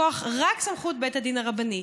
רק מכוח סמכות בית הדין הרבני.